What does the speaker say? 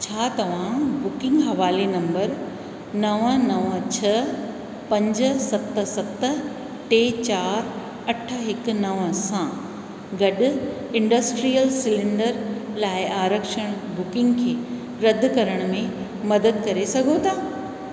छा तव्हां बुकिंग हवाले नंबर नव नव छ पंज सत सत टे चारि अठ हिकु नव सां गॾु इंडस्ट्रियल सिलिंडर लाइ आरक्षण बुकिंग खे रद्द करण में मदद करे सघो था